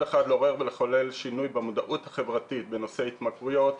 אחד לעורר ולחולל שינוי במודעות החברתית בנושא התמכרויות,